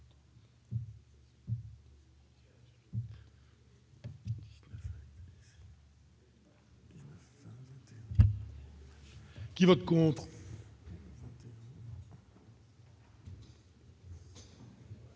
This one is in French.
qui vote contre